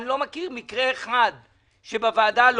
אני לא מכיר מקרה אחד שלא אושר בוועדה.